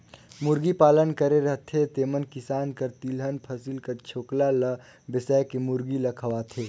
मुरगी पालन करे रहथें तेमन किसान कर तिलहन फसिल कर छोकला ल बेसाए के मुरगी ल खवाथें